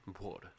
Water